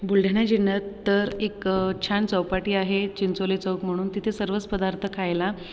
बुलढाणा जिल्ह्यात तर एक छान चौपाटी आहे चिंचोली चौक म्हणून तिथे सर्वच पदार्थ खायला